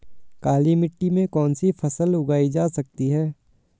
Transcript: काली मिट्टी में कौनसी फसल उगाई जा सकती है?